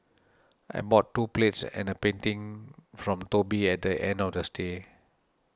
I bought two plates and a painting from Toby at the end of the stay